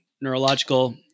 neurological